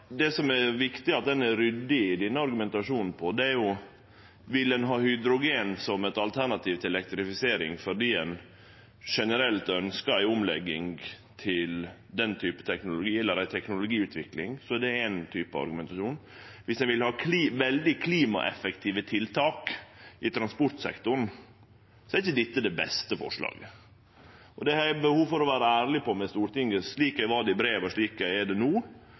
ein er ryddig på i denne argumentasjonen, er: Vil ein ha hydrogen som eit alternativ til elektrifisering fordi ein generelt ønskjer ei omlegging til den type teknologi eller teknologiutvikling, så er det éin type argumentasjon. Men viss ein vil ha veldig klimaeffektive tiltak i transportsektoren, er ikkje dette det beste forslaget. Og det har eg behov for å være ærleg på overfor Stortinget, slik eg var det i brev, og slik eg er det no,